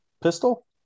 Pistol